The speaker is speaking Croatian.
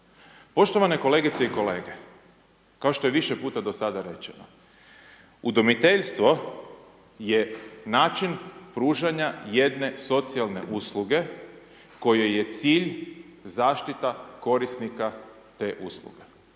Poštovane kolegice i kolege, kao što je više puta do sada rečeno, udomiteljstvo je način pružanja jedne socijalne usluge kojoj je cilj zaštita korisnika te usluge,